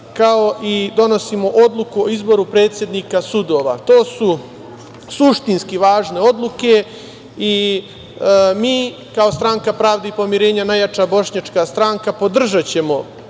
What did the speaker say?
i donosimo odluku o izboru predsednika sudova. To su suštinski važne odluke. Mi kao Stranka pravde i pomirenja, najjača bošnjačka stranka, podržaćemo